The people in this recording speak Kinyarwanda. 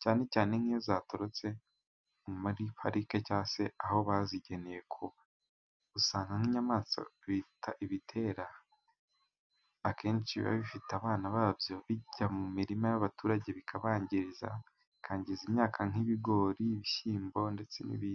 cyane cyane nk'iyo zatorotse muri parike cyangwa se aho bazigeneye kuba. Usanga nk'inyamaswa bita ibitera akenshi biba bifite abana babyo bijya mu mirima y'abaturage bikabangiriza bikangiza imyaka nk'ibigori, ibishyimbo ndetse n'ibindi.